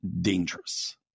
dangerous